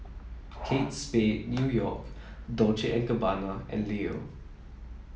Kate Spade New York Dolce and Gabbana and Leo